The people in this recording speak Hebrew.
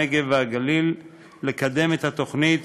הנגב והגליל לקדם את התוכנית